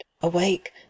awake